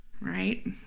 right